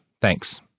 Thanks